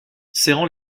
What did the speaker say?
serrant